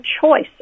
choice